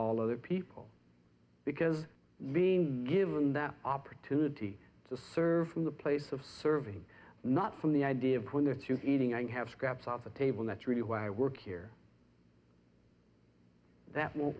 all other people because being given that opportunity to serve from the place of serving not from the idea of when they're through eating i have scraps off the table that's really why i work here that w